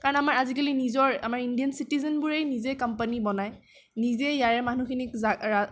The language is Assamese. কাৰণ আজিকালি আমাৰ নিজৰ আমাৰ চিটিজেনবোৰেই নিজে কম্পানি বনায় নিজে ইয়াৰে মানুহখিনিক